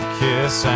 kiss